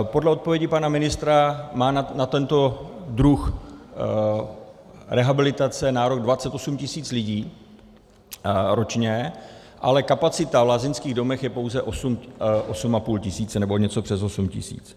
Podle odpovědi pana ministra má na tento druh rehabilitace nárok 28 tisíc lidí ročně, ale kapacita v lázeňských domech je pouze 8,5 tisíce, nebo něco přes 8 tisíc.